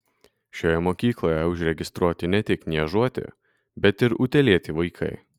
šioje mokykloje užregistruoti ne tik niežuoti bet ir utėlėti vaikai